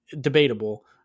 debatable